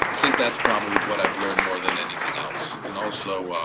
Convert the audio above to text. think that's probably what i've learned more than anything else and also